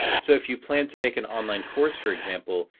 so if you plan to make an online course, for example,